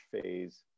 phase